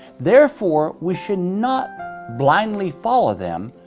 therefore, we should not blindly follow them,